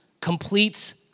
completes